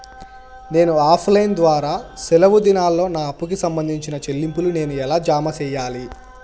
నేను offline ద్వారా సెలవు దినాల్లో నా అప్పుకి సంబంధించిన చెల్లింపులు నేను ఎలా జామ సెయ్యాలి?